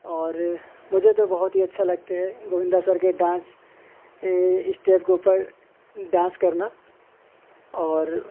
اور مجھے تو بہت ہی اچھے لگتے ہیں گووندا سر کے ڈانس اسٹیپ کے اوپر ڈانس کرنا اور